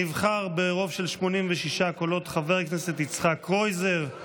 נבחר ברוב של 86 קולות חבר הכנסת יצחק קרויזר.